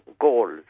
goals